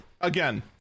again